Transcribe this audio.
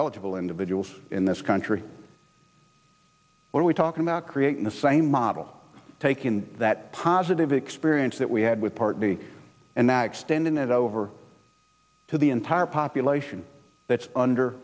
eligible individuals in this country when we talk about creating the same model takin that positive experience that we had with part b and that extending it over to the entire population that's under